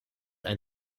ein